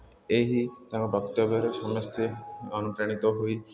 ଏହି ତାଙ୍କ ବକ୍ତବ୍ୟରେ ସମସ୍ତେ ଅନୁପ୍ରାଣିତ ହୋଇ